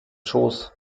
schoß